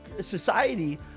society